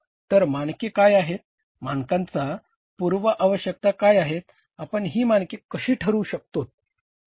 तर मानके काय आहेत मानकांच्या पूर्व आवश्यकता काय आहेत आपण ही मानके कशी ठरवू शकतोत